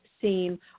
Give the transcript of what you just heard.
seem